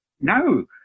No